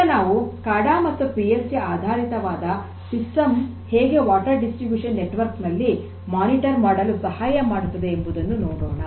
ಈಗ ನಾವು ಸ್ಕಾಡಾ ಮತ್ತು ಪಿ ಎಲ್ ಸಿ ಆಧಾರಿತವಾದ ಸಿಸ್ಟಮ್ ಹೇಗೆ ನೀರಿನ ವಿತರಣೆಯ ನೆಟ್ವರ್ಕ್ ನಲ್ಲಿ ಮೇಲ್ವಿಚಾರಣೆ ಮಾಡಲು ಸಹಾಯ ಮಾಡುತ್ತದೆ ಎಂಬುದನ್ನು ನೋಡೋಣ